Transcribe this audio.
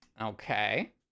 Okay